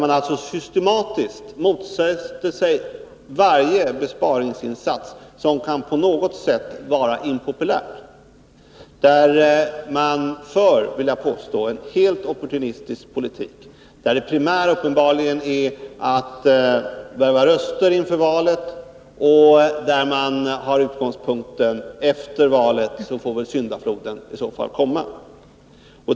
Man har systematiskt motsatt sig varje besparingsinsats som på något sätt kan vara impopulär. Man för, vill jag påstå, en helt opportunistisk politik, där det primära uppenbarligen är att värva röster inför valet och där man har utgångspunkten att efter valet får syndafloden komma.